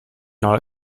not